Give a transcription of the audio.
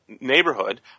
neighborhood